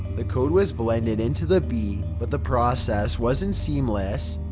the code was blended into the beat, but the process wasn't seamless.